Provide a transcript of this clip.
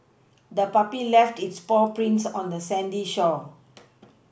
the puppy left its paw prints on the sandy shore